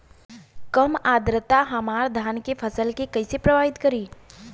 कम आद्रता हमार धान के फसल के कइसे प्रभावित करी?